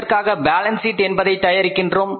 எதற்காக balance sheet என்பதை தயாரிக்கிறோம்